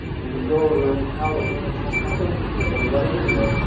we can go over how the payments happen in another video.